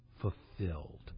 fulfilled